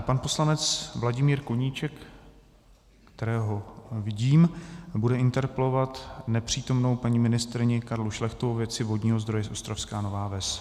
Pan poslanec Vladimír Koníček, kterého vidím, bude interpelovat nepřítomnou paní ministryni Karlu Šlechtovou ve věci vodního zdroje Ostrožská Nová Ves.